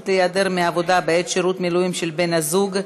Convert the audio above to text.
להיעדר מעבודה בעת שירות מילואים של בן-הזוג),